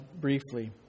briefly